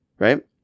Right